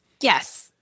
Yes